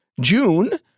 June